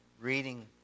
reading